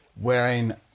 ...wearing